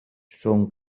són